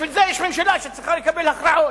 בשביל זה יש ממשלה שצריכה לקבל הכרעות.